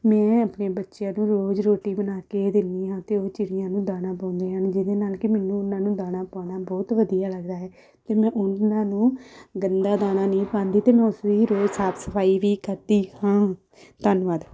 ਮੈਂ ਆਪਣੇ ਬੱਚਿਆਂ ਨੂੰ ਰੋਜ਼ ਰੋਟੀ ਬਣਾ ਕੇ ਦਿੰਦੀ ਹਾਂ ਅਤੇ ਉਹ ਚਿੜੀਆਂ ਨੂੰ ਦਾਣਾ ਪਾਉਂਦੇ ਹਨ ਜਿਹਦੇ ਨਾਲ ਕਿ ਮੈਨੂੰ ਉਹਨਾਂ ਨੂੰ ਦਾਣਾ ਪਾਉਣਾ ਬਹੁਤ ਵਧੀਆ ਲੱਗਦਾ ਹੈ ਅਤੇ ਮੈਂ ਉਹਨਾਂ ਨੂੰ ਗੰਦਾ ਦਾਣਾ ਨਹੀਂ ਪਾਉਂਦੀ ਅਤੇ ਮੈਂ ਉਸਦੀ ਰੋਜ਼ ਸਾਫ ਸਫਾਈ ਵੀ ਕਰਦੀ ਹਾਂ ਧੰਨਵਾਦ